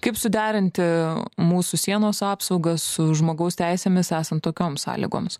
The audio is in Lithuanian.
kaip suderinti mūsų sienos apsaugą su žmogaus teisėmis esant tokioms sąlygoms